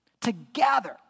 together